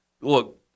look